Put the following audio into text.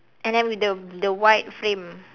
and then with the the white frame